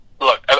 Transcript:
look